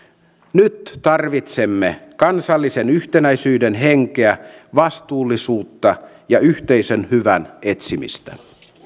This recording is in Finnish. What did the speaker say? nyt tarvitsemme kansallisen yhtenäisyyden henkeä vastuullisuutta ja yhteisen hyvän etsimistä